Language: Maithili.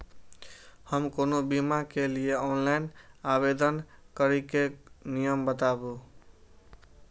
हम कोनो बीमा के लिए ऑनलाइन आवेदन करीके नियम बाताबू?